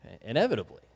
Inevitably